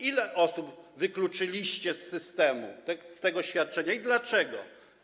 Ile osób wykluczyliście z systemu, z tego świadczenia i dlaczego?